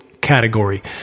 category